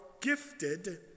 gifted